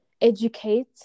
educate